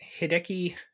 Hideki